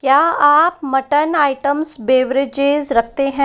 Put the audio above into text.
क्या आप mutton items beverages रखते हैं